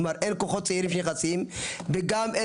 כלומר, אין כוחות צעירים שנכנסים.